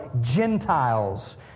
Gentiles